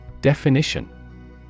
Definition